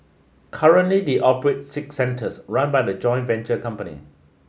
currently they operate six centres run by a joint venture company